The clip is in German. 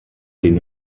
den